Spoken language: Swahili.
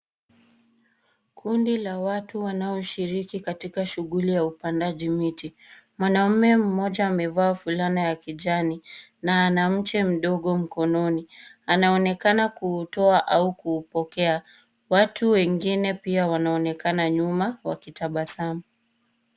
Kundi la watu wanaoshiriki katika shughuli ya upandaji miti. Mwanaume mmoja amevaa fulana ya kijani na ana mche mdogo mkononi. Anaonekana kuutoa au kuupokea. Watu wengine pia wanaonekana nyuma wakitabasamu.